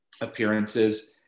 appearances